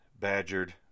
badgered